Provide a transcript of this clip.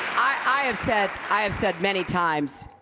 i have said i have said many times,